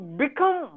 become